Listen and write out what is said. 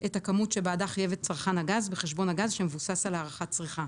את הכמות שבעדה חייב את צרכן הגז בחשבון הגז שבוסס על הערכת צריכה,